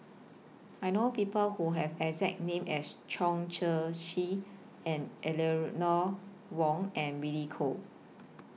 I know People Who Have The exact name as Chong Tze Chien Eleanor Wong and Billy Koh